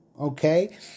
okay